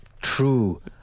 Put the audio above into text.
True